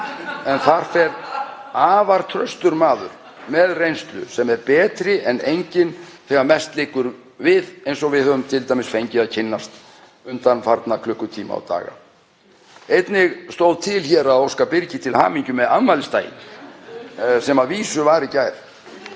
en þar fer afar traustur maður með reynslu, sem er betri en enginn þegar mest liggur við eins og við höfum t.d. fengið að kynnast undanfarna klukkutíma og daga. Einnig stóð hér til að óska Birgi til hamingju með afmælisdaginn, sem var að vísu í gær,